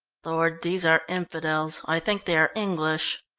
lord, these are infidels i think they are english.